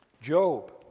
Job